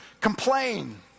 complain